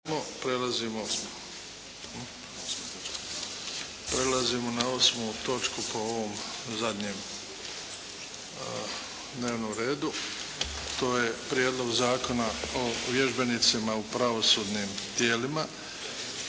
Prelazimo na 8. toku po ovom zadnjem dnevnom redu, to je - Prijedlog Zakona o vježbenicima u pravosudnim tijelima